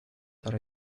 are